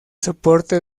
soporte